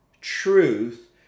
truth